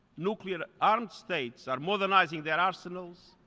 nucleararmed states are modernizing their arsenals.